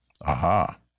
Aha